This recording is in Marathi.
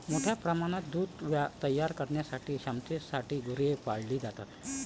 मोठ्या प्रमाणात दूध तयार करण्याच्या क्षमतेसाठी गुरे पाळली जातात